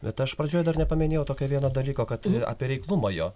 bet aš pradžioj dar nepaminėjau tokio vieno dalyko kad apie reiklumą jo